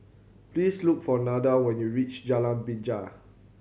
please look for Nada when you reach Jalan Binja